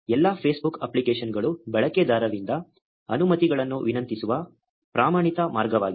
ಎಲ್ಲಾ Facebook ಅಪ್ಲಿಕೇಶನ್ಗಳು ಬಳಕೆದಾರರಿಂದ ಅನುಮತಿಗಳನ್ನು ವಿನಂತಿಸುವ ಪ್ರಮಾಣಿತ ಮಾರ್ಗವಾಗಿದೆ